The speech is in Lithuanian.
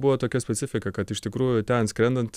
buvo tokia specifika kad iš tikrųjų ten skrendant